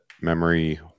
memory